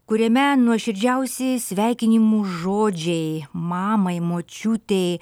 kuriame nuoširdžiausi sveikinimų žodžiai mamai močiutei